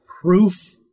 proof